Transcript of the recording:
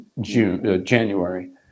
January